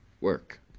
work